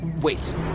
Wait